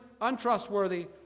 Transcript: untrustworthy